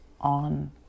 on